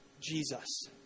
Jesus